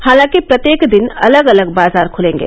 हालांकि प्रत्येक दिन अलग अलग बाजार खुलेंगे